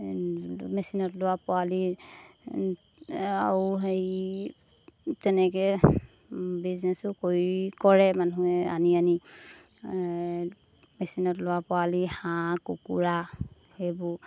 মেচিনত ওলোৱা পোৱালি আৰু হেৰি তেনেকৈ বিজনেছো কৰি কৰে মানুহে আনি আনি মেচিনত ওলোৱা পোৱালি হাঁহ কুকুৰা সেইবোৰ